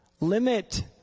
limit